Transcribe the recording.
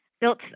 Built